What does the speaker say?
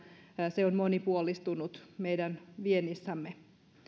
se on monipuolistunut meidän viennissämme